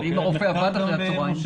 ואם הרופא עבד אחר הצוהריים --- זה מביא